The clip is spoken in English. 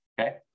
Okay